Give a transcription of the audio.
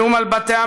האיום על בתי-המשפט,